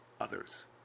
others